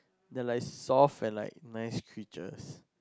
they're like soft and like nice creatures